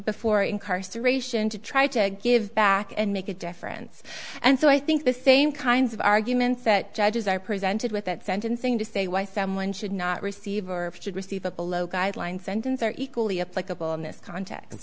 before incarceration to try to give back and make a difference and so i think the same kinds of arguments that judges are presented with at sentencing to say why someone should not receive or should receive a below guideline sentence are equally applicable in this context